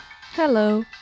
Hello